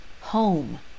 home